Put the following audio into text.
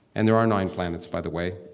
and there are nine planets, by the way.